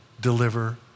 deliver